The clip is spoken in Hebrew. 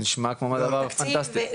נשמע כמו דבר פנטסטי.